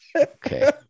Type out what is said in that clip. Okay